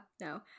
no